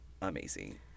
amazing